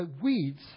weeds